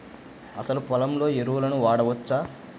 అసలు పొలంలో ఎరువులను వాడవచ్చా?